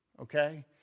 Okay